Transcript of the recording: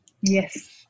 Yes